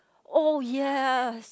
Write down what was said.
oh yes